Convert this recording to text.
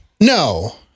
No